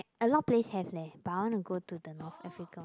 a lot place have leh but I want to go to the North Africa